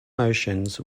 motions